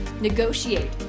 negotiate